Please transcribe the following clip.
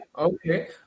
Okay